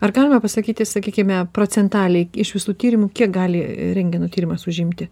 ar galime pasakyti sakykime procentaliai iš visų tyrimų kiek gali rentgeno tyrimas užimti